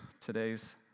Today's